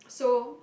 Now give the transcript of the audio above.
so